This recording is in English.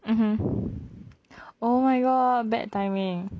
(uh huh) oh my god bad timing